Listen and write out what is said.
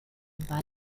war